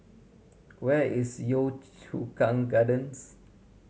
where is Yio Chu Kang Gardens